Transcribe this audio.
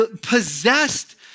possessed